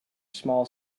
small